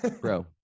Bro